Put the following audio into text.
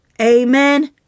Amen